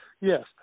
Yes